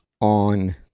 on